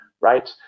right